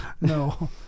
no